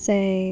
Say